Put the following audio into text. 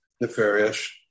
nefarious